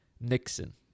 nixon